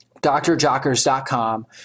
Drjockers.com